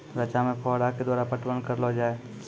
रचा मे फोहारा के द्वारा पटवन करऽ लो जाय?